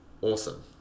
Awesome